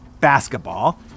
basketball